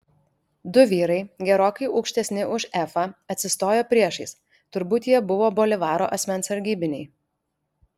du vyrai gerokai aukštesni už efą atsistojo priešais turbūt jie buvo bolivaro asmens sargybiniai